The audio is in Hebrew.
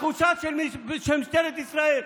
התחושה של משטרת ישראל,